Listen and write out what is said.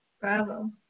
Bravo